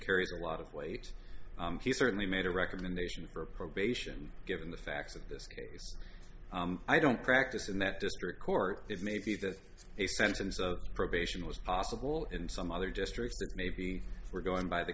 carries a lot of weight he certainly made a recommendation for probation given the facts of this case i don't practice in that district court it may be that a sentence of probation was possible in some other districts that may be were going by the